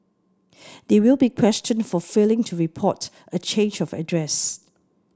they will be questioned for failing to report a change of address